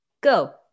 go